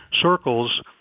circles